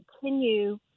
continue